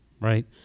right